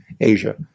Asia